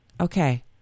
Okay